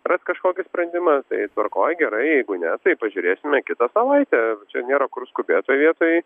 rast kažkokį sprendimą tai tvarkoj gerai jeigu ne tai pažiūrėsime kitą savaitę čia nėra kur skubėt toj vietoj